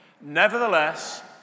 Nevertheless